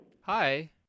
Hi